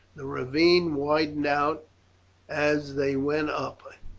the ravine widened out as they went up it,